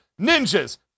Ninjas